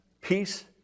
peace